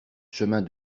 chemin